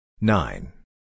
Nine